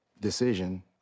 decision